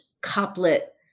couplet